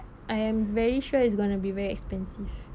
I am very sure is going to be very expensive